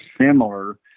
similar